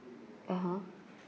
(uh huh)